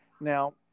Now